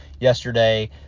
yesterday